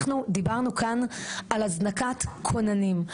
אנחנו דיברנו כאן על הזנקת כוננים,